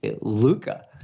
Luca